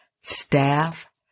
staff